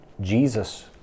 Jesus